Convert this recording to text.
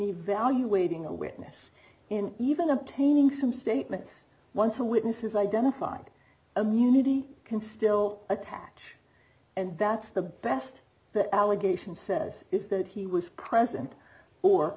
evaluating a witness in even obtaining some statements once a witness is identified a munity can still attach and that's the best the allegation says is that he was present or